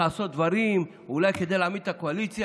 אולי היה צריך לעשות דברים כדי להעמיד את הקואליציה,